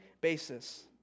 basis